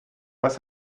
was